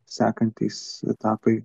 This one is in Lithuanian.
sekantys etapai